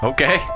Okay